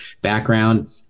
background